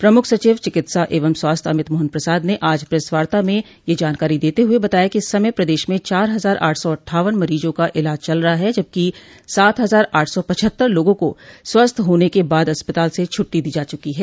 प्रमुख सचिव चिकित्सा एवं स्वास्थ्य अमित मोहन प्रसाद ने आज प्रेसवार्ता में यह जानकारी देते हुए बताया कि इस समय प्रदेश में चार हजार आठ सौ अट्ठावन मरीजों का इलाज चल रहा है जबकि सात हजार आठ सौ पचहत्तर लोगों को स्वस्थ होने के बाद अस्पताल से छुट्टी दी जा चुकी है